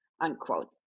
unquote